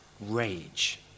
Rage